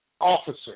officer